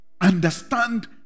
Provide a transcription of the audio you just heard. Understand